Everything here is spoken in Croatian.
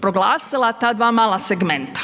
proglasila ta dva mala segmenta.